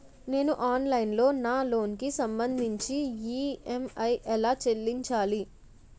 నేను ఆన్లైన్ లో నా లోన్ కి సంభందించి ఈ.ఎం.ఐ ఎలా చెల్లించాలి?